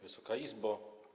Wysoka Izbo!